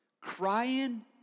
crying